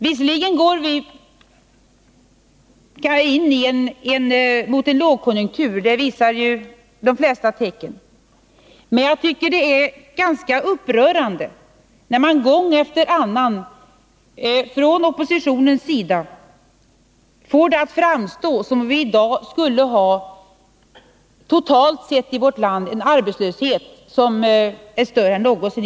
Visserligen går vi mot en lågkonjunktur — de flesta tecknen tyder på det. Men jag tycker att det är ganska upprörande när man gång efter annan från oppositionens sida får det att framstå som om vi i dag totalt sett skulle ha en arbetslöshet i Sverige som är större än någonsin.